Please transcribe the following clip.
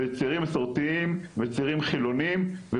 וצעירים מסורתיים וצעירים חילוניים.